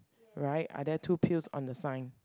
right are there two pills on the sign